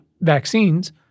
vaccines